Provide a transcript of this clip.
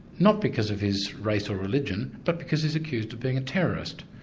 not because of his race or religion, but because he's accused of being a terrorist.